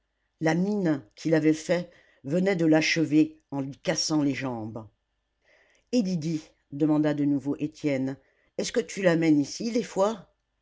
la mine qui l'avait fait venait de l'achever en lui cassant les jambes et lydie demanda de nouveau étienne est-ce que tu l'amènes ici des fois